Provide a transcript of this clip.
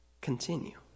continue